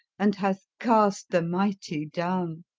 and hath cast the mighty down.